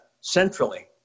centrally